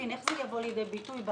איך זה יבוא לידי ביטוי?